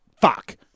Fuck